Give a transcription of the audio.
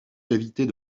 cavités